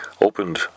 opened